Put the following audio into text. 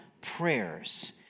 prayers